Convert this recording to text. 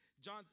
John